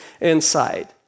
inside